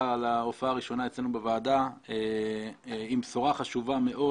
על ההופעה הראשונה אצלנו בוועדה עם בשורה חשובה מאוד.